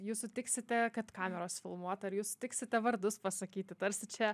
jūs sutiksite kad kameros filmuotų ar jūs sutiksite vardus pasakyti tarsi čia